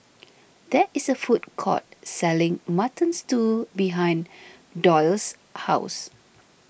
there is a food court selling Mutton Stew behind Doyle's house